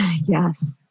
yes